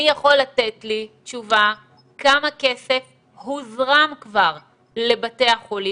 מי יכול לתת לי תשובה כמה כסף הוזרם כבר לבתי החולים?